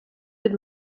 від